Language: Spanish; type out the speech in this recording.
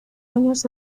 años